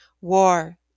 war